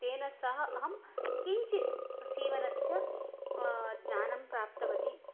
तेन सह अहं किञ्चित् सीवनस्य ज्ञानं प्राप्तवती